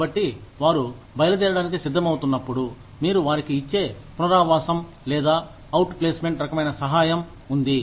కాబట్టి వారు బయలుదేరడానికి సిద్ధమవుతున్నప్పుడు మీరు వారికి ఇచ్చే పునరావాసం లేదా అవుట్ ప్లేస్మెంట్ రకమైన సహాయం ఉంది